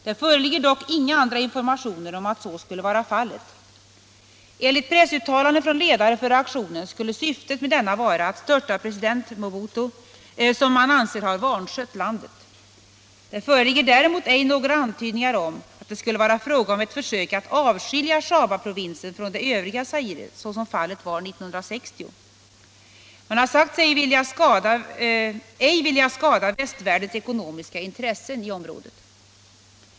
Det föreligger dock inga andra informationer om att så skulle vara fallet. Enligt pressuttalanden från ledare för aktionen skulle syftet med denna vara att störta president Mobutu, som man anser ha vanskött landet. Det föreligger däremot ej några antydningar om att det skulle vara fråga om ett försök att avskilja Shabaprovinsen från det övriga Zaire, såsom var fallet 1960. Man har sagt sig ej vilja skada västvärldens ekonomiska intressen i området.